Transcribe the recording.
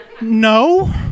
No